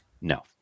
No